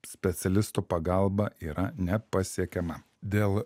specialistų pagalba yra nepasiekiama dėl